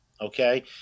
Okay